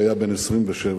כשהיה בן 27,